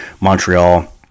Montreal